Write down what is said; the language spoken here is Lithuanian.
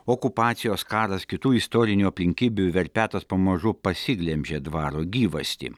okupacijos karas kitų istorinių aplinkybių verpetas pamažu pasiglemžė dvaro gyvastį